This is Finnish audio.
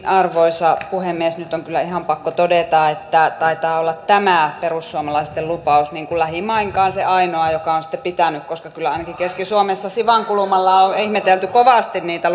arvoisa puhemies nyt on kyllä ihan pakko todeta että taitaa olla tämä perussuomalaisten lupaus lähimainkaan se ainoa joka on sitten pitänyt koska kyllä ainakin keski suomessa siwan kulmalla on ihmetelty kovasti niitä